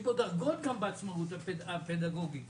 יש גם דרגות בעצמאות הפדגוגית.